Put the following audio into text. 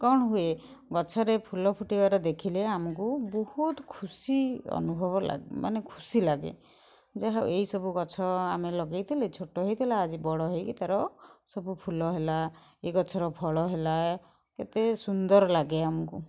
କ'ଣ ହୁଏ ଗଛରେ ଫୁଲ ଫୁଟିବାର ଦେଖିଲେ ଆମକୁ ବହୁତ ଖୁସି ଅନୁଭବ ମାନେ ଖୁସି ଲାଗେ ଯାହା ହଉ ଏଇସବୁ ଗଛ ଆମେ ଲଗାଇଥିଲେ ଛୋଟ ହେଇଥିଲା ଆଜି ବଡ଼ ହେଇକି ତା'ର ସବୁ ଫୁଲ ହେଲା ଏଇ ଗଛର ଫଳ ହେଲା କେତେ ସୁନ୍ଦର ଲାଗେ ଆମକୁ